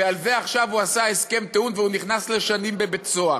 ועל זה עכשיו הוא עשה הסכם טיעון והוא נכנס לשנים לבית-סוהר,